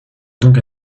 donc